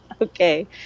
Okay